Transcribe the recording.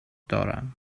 دارم